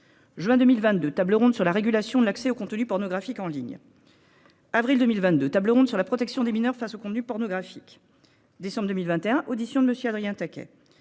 Juin 2022, table ronde sur la régulation de l'accès aux contenus pornographiques en ligne. Avril 2022 tables rondes sur la protection des mineurs face aux contenus pornographiques. Décembre 2021, audition de monsieur Adrien Taquet.